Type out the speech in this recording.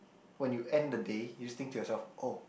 when you end the day you just think to yourself oh